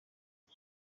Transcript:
ese